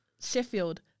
Sheffield